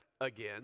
again